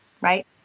right